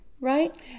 right